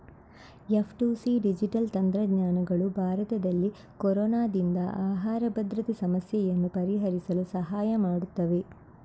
F two C digital ತಂತ್ರಜ್ಞಾನಗಳು ಭಾರತದಲ್ಲಿ ಕೊರೊನಾದಿಂದ ಆಹಾರ ಭದ್ರತೆ ಸಮಸ್ಯೆಯನ್ನು ಪರಿಹರಿಸಲು ಸಹಾಯ ಮಾಡುತ್ತವೆ